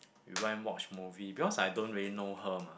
we went watch movie because I don't really know her mah